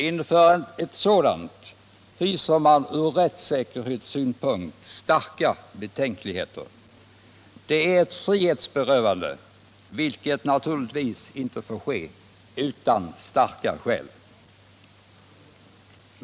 Inför ett sådant hyser man från rättssäkerhetssynpunkt starka betänkligheter. Det är ett frihetsberövande, vilket naturligtvis inte får ske utan starka skäl.